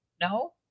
No